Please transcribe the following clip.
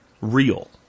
real